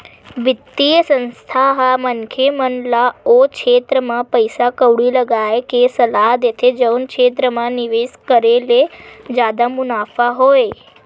बित्तीय संस्था ह मनखे मन ल ओ छेत्र म पइसा कउड़ी लगाय के सलाह देथे जउन क्षेत्र म निवेस करे ले जादा मुनाफा होवय